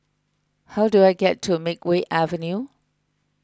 how do I get to Makeway Avenue